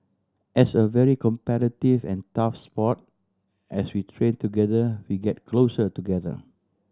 as a very competitive and tough sport as we train together we get closer together